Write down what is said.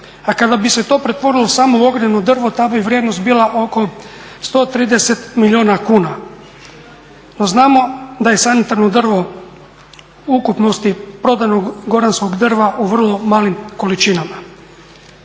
a kada bi se to pretvorilo samo u ogrjevno drvo ta bi vrijednost bila oko 130 milijuna kuna. Znamo da je sanitarno drvo u ukupnosti prodanog goranskog drva u vrlo malim količinama.